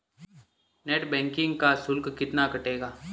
Net banking का शुल्क कितना कटेगा?